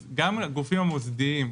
אז גם הגופים המוסדיים,